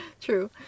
True